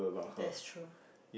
that's true